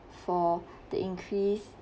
for the increase